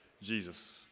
jesus